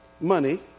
Money